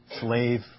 Slave